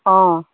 অঁ